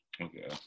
Okay